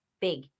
big